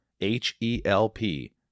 H-E-L-P